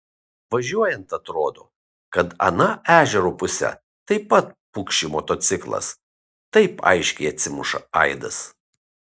važiuojant atrodo kad ana ežero puse taip pat pukši motociklas taip aiškiai atsimuša aidas